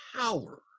power